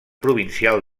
provincial